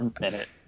minute